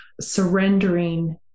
surrendering